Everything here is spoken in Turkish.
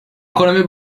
ekonomi